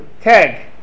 Tag